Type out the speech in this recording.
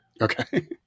Okay